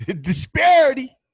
disparity